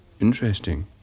Interesting